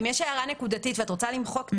ואם יש הערה נקודתית ואת רוצה למחוק,